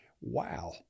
wow